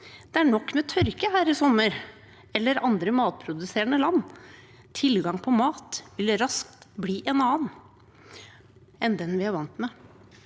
Det er nok med tørke her i sommer eller i andre matproduserende land. Tilgangen på mat vil raskt bli en annen enn den vi er vant med.